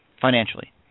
financially